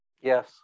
yes